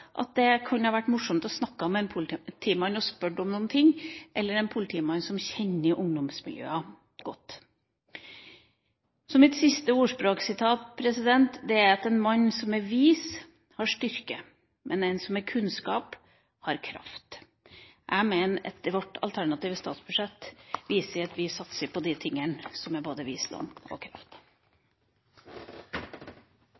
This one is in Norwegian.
helst skolegård kunne det vært morsomt å snakke med en politimann og spørre litt – gjerne en politimann som kjenner ungdomsmiljøene godt. Mitt siste ordspråk er: «En mann som er vis, har styrke, den som har kunnskap, er full av kraft.» Jeg mener at vårt alternative statsbudsjett viser at vi satser på de tingene som er både visdom og kraft.